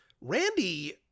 Randy